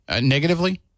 negatively